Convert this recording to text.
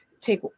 take